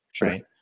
Right